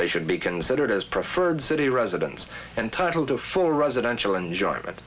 they should be considered as preferred city residents entitled to full residential enjoyment